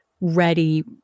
ready